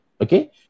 okay